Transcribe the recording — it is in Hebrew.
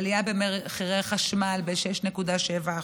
עלייה במחירי החשמל ב-6.7%.